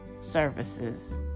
services